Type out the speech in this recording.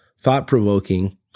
thought-provoking